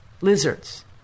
lizards